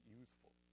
useful